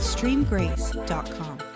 StreamGrace.com